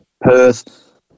Perth